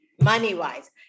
money-wise